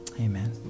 amen